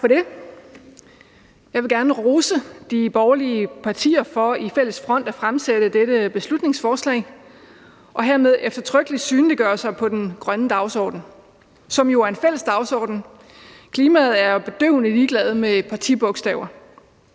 Jeg vil gerne rose de borgerlige partier for i fælles front at fremsætte dette beslutningsforslag og hermed eftertrykkeligt synliggøre sig på den grønne dagsorden, som jo er en fælles dagsorden. Klimaet er jo bedøvende ligeglad med partibogstaver.